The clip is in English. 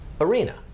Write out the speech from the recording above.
arena